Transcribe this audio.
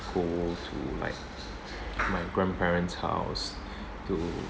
go to like my grandparents' house to